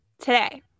today